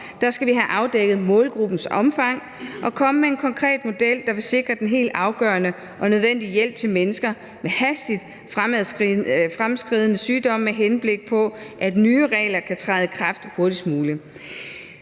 Der skal vi have afdækket målgruppens omfang og komme med en konkret model, der vil sikre den helt afgørende og nødvendige hjælp til mennesker med hastigt fremadskridende sygdomme, med henblik på at nye regler kan træde i kraft hurtigst muligt.